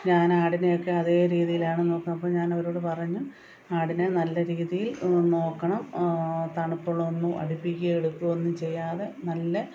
ഞാൻ ആടിനെ ഒക്കെ അതേ രീതിയിലാണ് നോക്കുക അപ്പം ഞാൻ അവരോട് പറഞ്ഞ് ആടിനെ നല്ല രീതിയിൽ നോക്കണം തണുപ്പുള്ളതൊന്നും അടുപ്പിക്കുവേം എടുക്കുവേം ഒന്നും ചെയ്യാതെ നല്ല